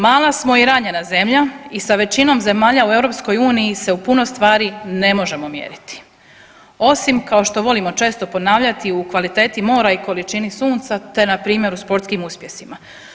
Mala smo i ranjena zemlja i sa većinom zemalja u EU se u puno stvari ne možemo mjeriti, osim kao što volimo često ponavljati u kvaliteti mora i količini sunca, te na primjer u sportskim uspjesima.